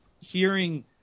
hearing